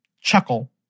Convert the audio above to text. chuckle